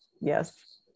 Yes